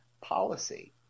policy